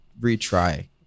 retry